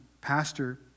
pastor